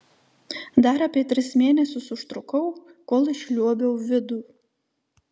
dar apie tris mėnesius užtrukau kol išliuobiau vidų